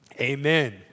amen